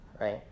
right